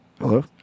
Hello